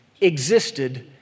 existed